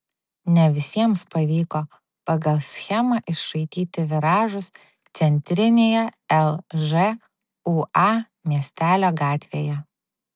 ne visiems pavyko pagal schemą išraityti viražus centrinėje lžūa miestelio gatvėje